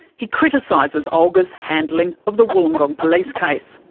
he criticises olgr's handling of the wollongong police case.